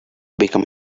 become